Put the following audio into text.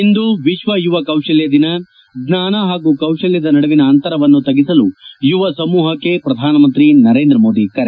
ಇಂದು ವಿಶ್ವ ಯುವ ಕೌಶಲ್ಯ ದಿನ ಜ್ಞಾನ ಹಾಗೂ ಕೌಶಲ್ಯದ ನಡುವಿನ ಅಂತರವನ್ನು ತ್ಗಿಸಲು ಯುವ ಸಮೂಹಕ್ಕೆ ಪ್ರಧಾನಮಂತ್ರಿ ನರೇಂದ್ರ ಮೋದಿ ಕರೆ